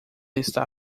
está